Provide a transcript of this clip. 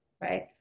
right